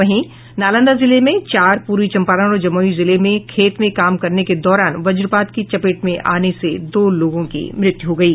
वहीं नालंदा जिले में चार पूर्वी चंपारण और जमुई जिले में खेत में काम करने के दौरान वज्रपात की चपेट में आने दो लोगों की मृत्यु हो गयी